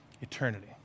eternity